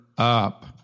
Up